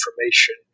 information